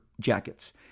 jackets